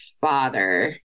father